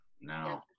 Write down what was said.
No